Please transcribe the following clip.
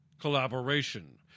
collaboration